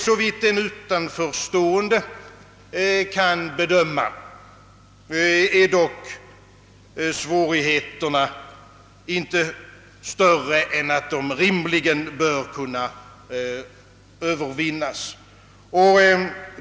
Såvitt en utanförstående kan bedöma är dock svårigheterna inte större, än att de rimligen bör kunna övervinnas.